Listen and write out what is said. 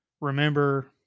remember